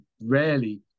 rarely